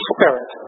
Spirit